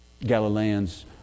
Galileans